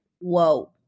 Whoa